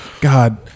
God